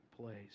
place